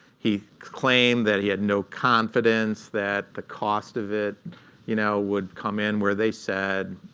he claimed that he had no confidence that the cost of it you know would come in where they said,